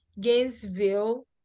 Gainesville